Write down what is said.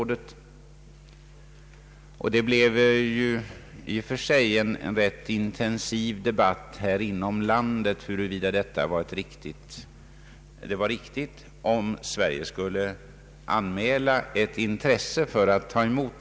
Det förekom en i och för sig ganska intensiv debatt inom landet huruvida det var riktigt att Sverige skulle anmäla sitt intresse för detta projekt.